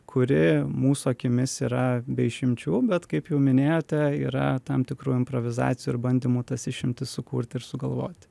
kuri mūsų akimis yra be išimčių bet kaip jau minėjote yra tam tikrų improvizacijų ir bandymų tas išimtis sukurt ir sugalvoti